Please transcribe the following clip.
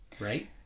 Right